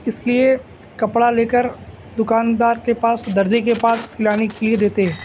اس لیے کپڑا لے کر دکاندار کے پاس درزی کے پاس سلانے کے لیے دیتے ہیں